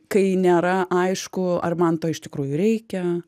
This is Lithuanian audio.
kai nėra aišku ar man to iš tikrųjų reikia